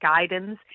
guidance